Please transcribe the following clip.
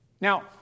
Now